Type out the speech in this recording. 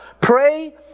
Pray